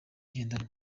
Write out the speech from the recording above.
ngendanwa